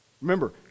Remember